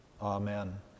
Amen